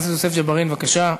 חבר הכנסת יוסף ג'בארין, בבקשה.